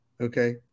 okay